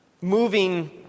moving